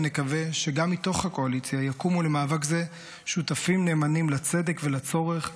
ונקווה שגם מתוך הקואליציה יקומו למאבק זה שותפים נאמנים לצדק ולצורך,